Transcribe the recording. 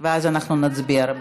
ואז אנחנו נצביע, רבותיי.